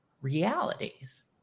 realities